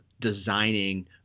designing